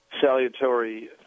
salutary